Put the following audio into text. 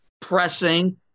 pressing